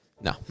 No